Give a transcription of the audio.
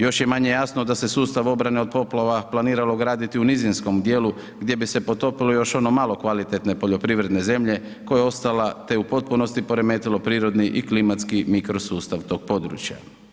Još je manje jasno da se sustav obrane od poplava planiralo graditi u nizinskom djelu gdje bi se potopilo još malo kvalitetne poljoprivredne zemlje koja je ostala te u potpunosti poremetilo prirodni i klimatski mikrosustav tog područja.